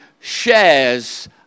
shares